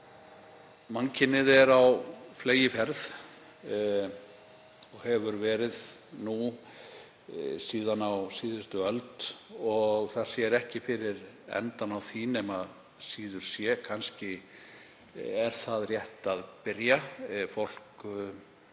Mannkynið er á fleygiferð og hefur verið síðan á síðustu öld og sér ekki fyrir endann á því nema síður sé. Kannski er það rétt að byrja og fólk